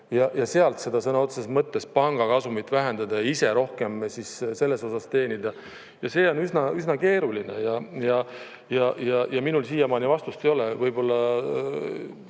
ja sealt seda sõna otseses mõttes panga kasumit vähendada, ise rohkem siis selles osas teenida. Ja see on üsna keeruline ja minul siiamaani vastust ei ole. Võib-olla